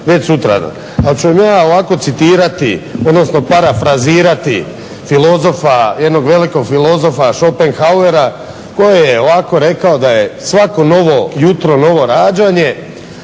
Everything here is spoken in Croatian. već sutradan. Ali ću vam ja ovako citirati, odnosno parafrazirati filozofa, jednog velikog filozofa Schopenhauera koji je ovako rekao da je svako novo jutro novo rađanje,